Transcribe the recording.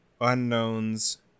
unknowns